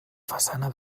façana